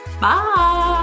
Bye